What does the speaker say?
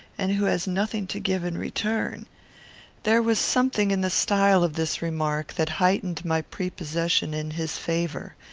and who has nothing to give in return there was something in the style of this remark, that heightened my prepossession in his favour,